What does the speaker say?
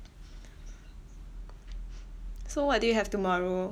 so what do you have tomorrow